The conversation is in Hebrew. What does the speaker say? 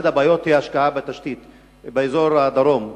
שאחת הבעיות היא השקעה בתשתית באזור הדרום.